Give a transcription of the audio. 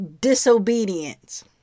disobedience